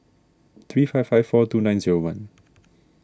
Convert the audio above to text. three five five four two nine zero one